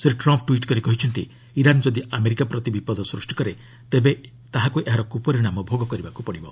Shri Trump tweet କରି କହିଛନ୍ତି Iran ଯଦି ଆମେରିକା ପ୍ରତି ବିପଦ ସୃଷ୍ଟି କରେ ତେବେ ତାହାକୁ ଏହାର କୁପରିଣାମ ଭୋଗ କରିବାକୁ ପଡ଼ିବ